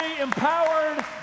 empowered